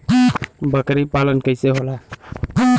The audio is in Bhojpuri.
बकरी पालन कैसे होला?